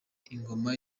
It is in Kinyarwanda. ingoma